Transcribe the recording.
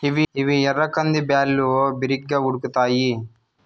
ఇవి ఎర్ర కంది బ్యాళ్ళు, బిరిగ్గా ఉడుకుతాయి